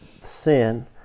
sin